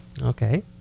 okay